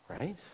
right